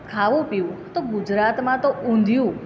ખાવું પીવું તો ગુજરાતમાં તો ઊંધિયું